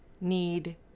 need